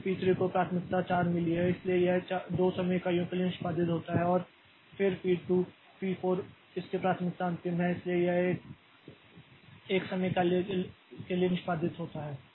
फिर पी 3 को प्राथमिकता 4 मिली है इसलिए यह 2 समय इकाइयों के लिए निष्पादित होता है और फिर पी 4 इसकी प्राथमिकता अंतिम है इसलिए यह 1 समय इकाई के लिए निष्पादित होता है